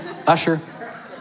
Usher